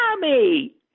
Mommy